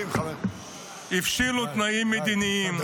הבשילו התנאים המדיניים,